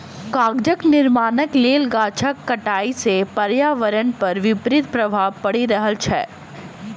कागजक निर्माणक लेल गाछक कटाइ सॅ पर्यावरण पर विपरीत प्रभाव पड़ि रहल छै